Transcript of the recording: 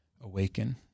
awaken